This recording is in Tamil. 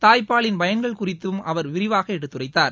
தாய் பாலின் பயன்கள் குறித்து அவர் விரிவாக எடுத்துரைத்தார்